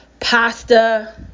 pasta